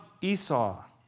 Esau